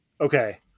okay